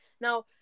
Now